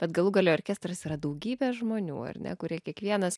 bet galų gale orkestras yra daugybė žmonių ar ne kurie kiekvienas